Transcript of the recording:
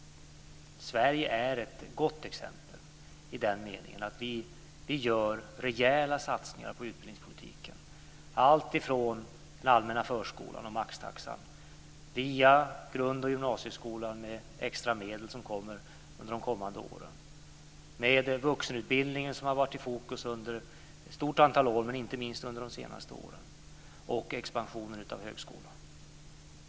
Sverige är ett gott exempel i den meningen. Vi gör rejäla satsningar på utbildningspolitiken, alltifrån den allmänna förskolan och maxtaxan via grund och gymnasieskolan med extra medel som kommer under de kommande åren, med vuxenutbildningen som har varit i fokus under ett stort antal år men inte minst under de senaste åren till expansionen av högskolan.